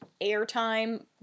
airtime